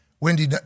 Wendy